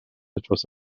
etwas